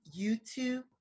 YouTube